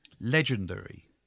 legendary